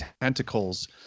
tentacles